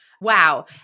Wow